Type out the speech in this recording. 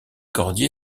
cordier